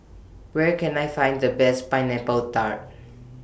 Where Can I Find The Best Pineapple Tart